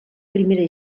primera